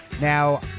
Now